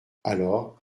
alors